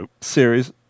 series